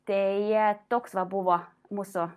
tai toks va buvo mūsų